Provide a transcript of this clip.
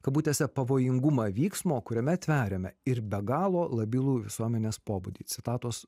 kabutėse pavojingumą vyksmo kuriame tveriame ir be galo labilų visuomenės pobūdį citatos